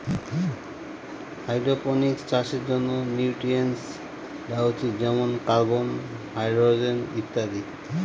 hydroponics চাষের জন্য nutrients দেওয়া উচিত যেমন কার্বন, হাইড্রজেন ইত্যাদি